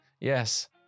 Yes